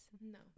No